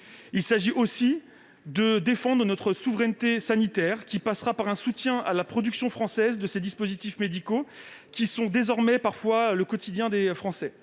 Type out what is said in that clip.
Il s'agit aussi de défendre notre souveraineté sanitaire, qui passera par un soutien à la production française de ces dispositifs médicaux qui sont désormais parfois le quotidien des Français.